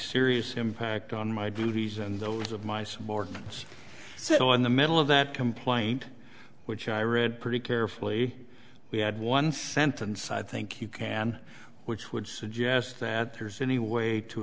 serious impact on my duties and those of my subordinates so in the middle of that complaint which i read pretty carefully we had one sentence i think you can which would suggest that there's any way to